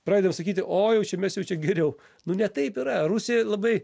pradedam sakyti oi jau čia mes jau čia geriau nu ne taip yra rusijoj labai